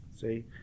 see